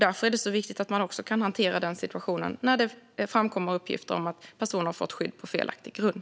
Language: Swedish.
Därför är det så viktigt att man också kan hantera situationen när det framkommer uppgifter om att en person har fått skydd på felaktig grund.